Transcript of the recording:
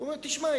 הוא אמר: תשמע,